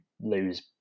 lose